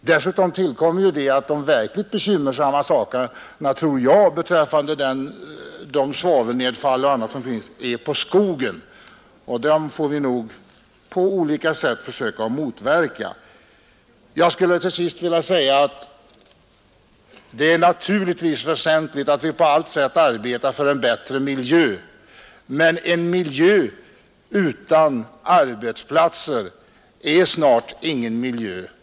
Dessutom tror jag att de allvarligaste skadorna från svavelnedfall och annat trots allt har vållats skogen — och de skadorna får vi nog försöka motverka på olika sätt. Jag skulle till sist vilja säga att det naturligtvis är väsentligt att vi på allt sätt arbetar för en bättre miljö, men en miljö utan arbetsplatser är snart ingen miljö.